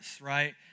right